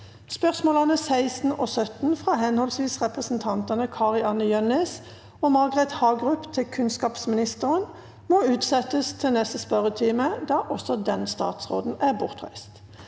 Spørsmåla 16 og 17, frå høvesvis representantane Kari-Anne Jønnes og Margret Hagerup til kunnskapsministeren, må utsetjast til neste spørjetime, då statsråden er bortreist.